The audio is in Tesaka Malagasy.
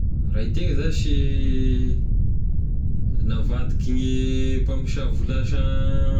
Raha e tegna zashy navadiky ny mpamosavy ho lasa